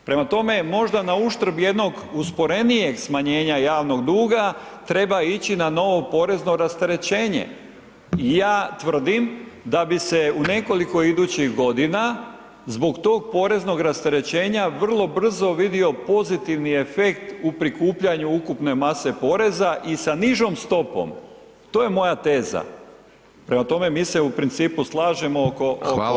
Prema tome, možda na uštrb jednog usporenijeg smanjenja javnog duga treba ići na novo porezno rasterećenje i ja tvrdim da bi se u nekoliko idućih godina zbog tog poreznog rasterećenja vrlo brzo vidio pozitivni efekt u prikupljanju ukupne mase poreza i sa nižom stopom, to je moja teza, prema tome mi se u principu slažemo [[Upadica: Hvala]] oko ove fiskalne